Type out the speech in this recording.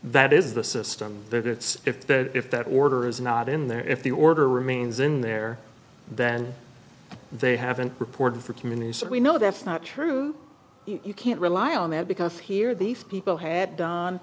that is the system that it's if that if that order is not in there if the order remains in there then they haven't reported for communities that we know that's not true you can't rely on that because here these people had